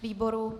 Výboru?